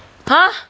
!huh!